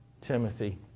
Timothy